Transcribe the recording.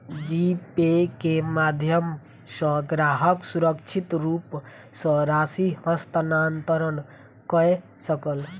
जी पे के माध्यम सॅ ग्राहक सुरक्षित रूप सॅ राशि हस्तांतरण कय सकल